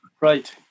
right